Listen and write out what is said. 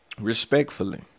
Respectfully